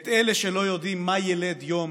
את אלה שלא יודעים מה ילד יום